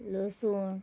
लसूण